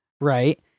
right